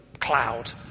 cloud